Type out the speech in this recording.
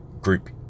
group